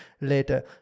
later